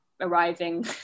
arriving